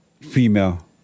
female